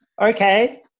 okay